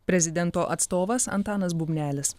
prezidento atstovas antanas bubnelis